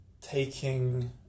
taking